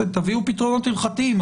תביאו פתרונות הלכתיים,